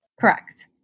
correct